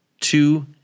two